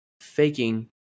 faking